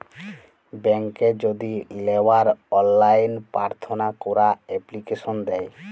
ব্যাংকে যদি লেওয়ার অললাইন পার্থনা ক্যরা এপ্লিকেশন দেয়